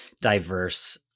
diverse